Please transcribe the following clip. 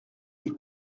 des